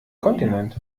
kontinent